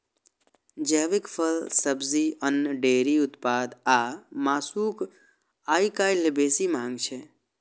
जैविक फल, सब्जी, अन्न, डेयरी उत्पाद आ मासुक आइकाल्हि बेसी मांग छै